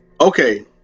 Okay